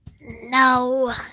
No